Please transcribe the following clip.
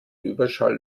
überschall